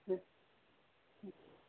ہوں ہوں